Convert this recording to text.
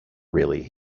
really